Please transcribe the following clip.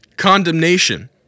Condemnation